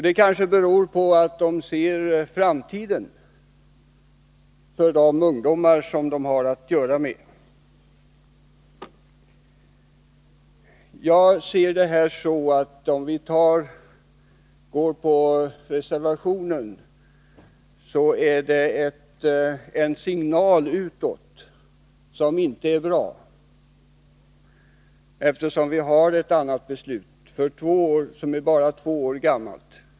Detta berodde kanske på att SSU ser framtiden för de ungdomar som SSU har att göra med. Röstar vi på reservationen innebär det, enligt min mening, en signal utåt som inte är bra, eftersom vi redan har ett beslut som bara är två år gammalt.